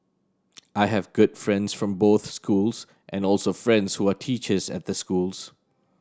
I have good friends from both schools and also friends who are teachers at the schools